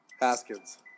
Haskins